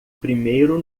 primeiro